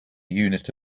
unit